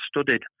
studied